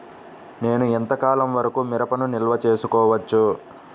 నేను ఎంత కాలం వరకు మిరపను నిల్వ చేసుకోవచ్చు?